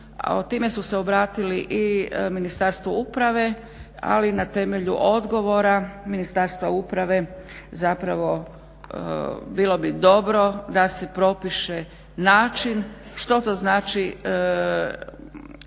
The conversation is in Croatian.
time su se obratili i Ministarstvu uprave, ali na temelju odgovora Ministarstva uprave zapravo bilo bi dobro da se propiše način što to znači,